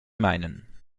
meinen